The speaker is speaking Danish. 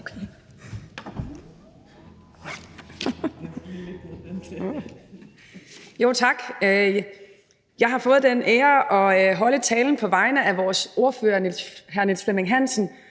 Tak. Jeg har fået den ære at holde talen på vegne af vores ordfører hr. Niels Flemming Hansen,